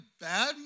bad